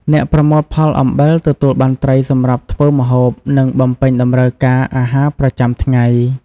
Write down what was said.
អ្នកប្រមូលផលអំបិលទទួលបានត្រីសម្រាប់ធ្វើម្ហូប និងបំពេញតម្រូវការអាហារប្រចាំថ្ងៃ។